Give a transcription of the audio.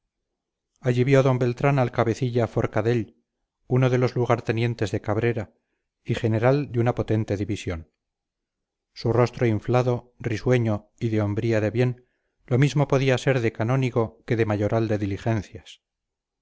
allí vio d beltrán al cabecilla forcadell uno de los lugartenientes de cabrera y general de una potente división su rostro inflado risueño y de hombría de bien lo mismo podía ser de canónigo que de mayoral de diligencias